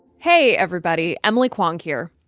hey, everybody emily kwong here.